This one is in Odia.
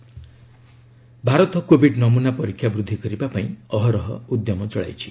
କୋବିଡ୍ ଷ୍ଟାଟସ୍ ଭାରତ କୋବିଡ୍ ନମୁନା ପରୀକ୍ଷା ବୃଦ୍ଧି କରିବା ପାଇଁ ଅହରହ ଉଦ୍ୟମ ଚଳାଇଛି